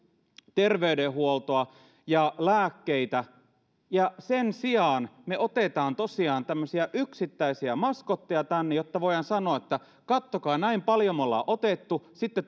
terveydenhuoltoa ja lääkkeitä sen sijaan me otamme tosiaan tämmöisiä yksittäisiä maskotteja tänne jotta voimme sanoa että katsokaa näin paljon me olemme ottaneet ja sitten